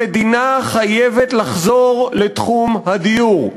המדינה חייבת לחזור לתחום הדיור.